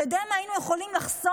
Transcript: אתה יודע מה היינו יכולים לחסוך,